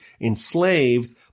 enslaved